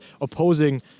opposing